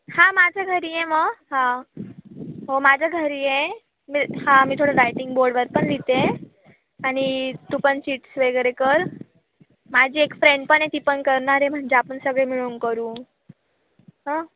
हां माझ्या घरी ये मग हां हो माझ्या घरी ये मी हां मी थोडं रायटिंग बोर्डवर पण लिहिते आणि तू पण चिट्स वगैरे कर माझी एक फ्रेंड पण आहे ती पण करणार आहे म्हणजे आपण सगळे मिळून करू हं